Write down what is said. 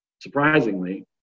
surprisingly